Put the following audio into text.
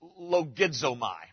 logizomai